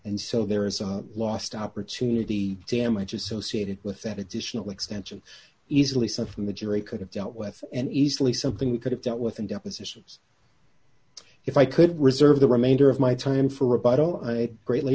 and so there is a lost opportunity damage associated with that additional extension easily said from the jury could have dealt with and easily something we could have dealt with in depositions if i could reserve the remainder of my time for rebuttal i greatly